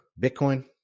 Bitcoin